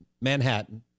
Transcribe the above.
Manhattan